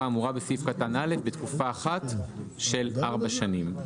האמורה בסעיף קטן (א) בתקופה אחת של ארבע שנים.